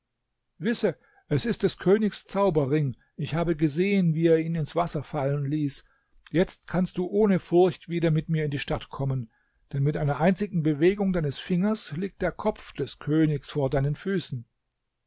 wisse es ist des königs zauberring ich habe gesehen wie er ihn ins wasser fallen ließ jetzt kannst du ohne furcht wieder mit mir in die stadt kommen denn mit einer einzigen bewegung deines fingers liegt der kopf des königs vor deinen füßen